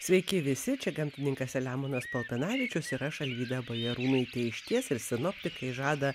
sveiki visi čia gamtininkas selemonas paltanavičius ir aš alvyda bajarūnaitė išties ir sinoptikai žada